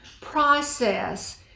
process